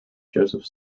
joseph